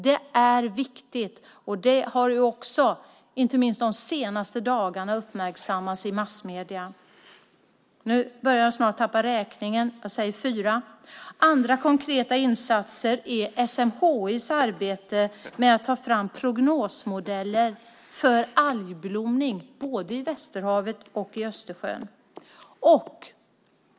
Det är viktigt, och det har också, inte minst de senaste dagarna, uppmärksammats i massmedierna. 4. Andra konkreta insatser är SMHI:s arbete med att ta fram prognosmodeller för algblomning både i Västerhavet och i Östersjön.